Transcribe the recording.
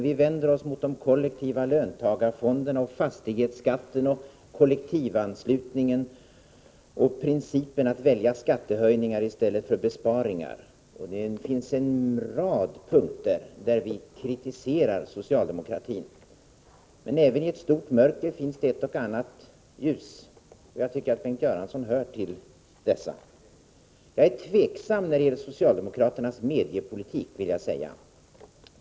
Vi vänder oss mot de kollektiva löntagarfonderna, fastighetsskatten, kollektivanslutningen och principen att välja skattehöjningar i stället för besparingar. Det finns en rad punkter där vi kritiserar socialdemokratin. Men även i ett stort mörker finns det en och annan ljuspunkt. Jag tycker att Bengt Göransson hör till dessa. Jag är dock tveksam när det gäller socialdemokraternas mediepolitik.